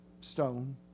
stone